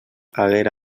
haguera